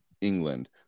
England